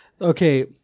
okay